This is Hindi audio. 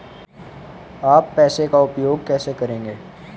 आप पैसे का उपयोग कैसे करेंगे?